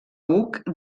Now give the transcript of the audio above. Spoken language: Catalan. hug